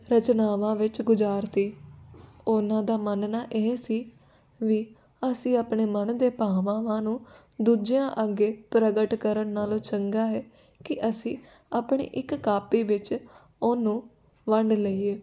ਰਚਨਾਵਾਂ ਵਿੱਚ ਗੁਜ਼ਾਰ ਤੀ ਉਹਨਾਂ ਦਾ ਮੰਨਣਾ ਇਹ ਸੀ ਵੀ ਅਸੀਂ ਆਪਣੇ ਮਨ ਦੇ ਭਾਵਾਵਾਂ ਨੂੰ ਦੂਜਿਆਂ ਅੱਗੇ ਪ੍ਰਗਟ ਕਰਨ ਨਾਲੋਂ ਚੰਗਾ ਹੈ ਕਿ ਅਸੀਂ ਆਪਣੇ ਇੱਕ ਕਾਪੀ ਵਿੱਚ ਉਹਨੂੰ ਵੰਡ ਲਈਏ